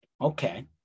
Okay